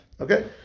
Okay